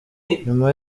nyuma